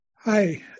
Hi